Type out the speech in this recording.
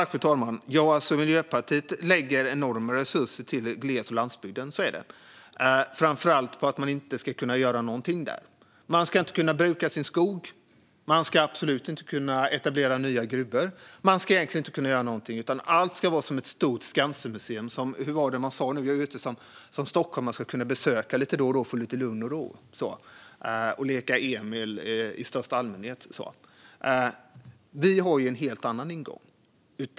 Fru talman! Ja, Miljöpartiet lägger enorma resurser på gles och landsbygd, framför allt på att man inte ska kunna göra någonting där. Man ska varken kunna bruka sin skog eller etablera nya gruvor, utan allt ska vara som ett stort Skansenmuseum som stockholmare ska kunna besöka lite då och då för att få lite lugn och ro och leka Emil i Lönneberga. Vi har en helt annan ingång.